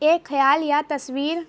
ایک خیال یا تصویر